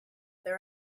there